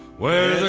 where